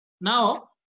Now